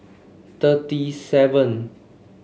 thirty seven